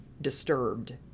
disturbed